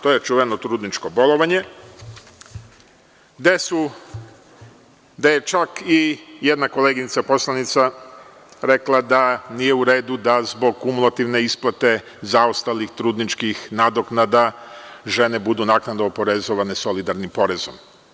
To je čuveno trudničko bolovanje, gde je čak i jedna koleginica poslanica rekla da nije u redu da zbog kumulativne isplate zaostalih trudničkih nadoknada žene budu naknadno oporezovane solidarnim porezom.